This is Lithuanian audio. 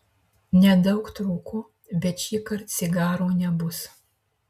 nedaug trūko bet šįkart cigaro nebus